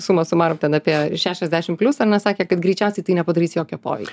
summa summarum ten apie šešiasdešim plius ar ne sakė kad greičiausiai tai nepadarys jokio poveikio